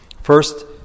First